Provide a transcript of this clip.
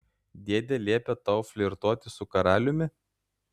dėdė liepė tau flirtuoti su karaliumi